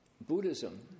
Buddhism